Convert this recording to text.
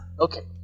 Okay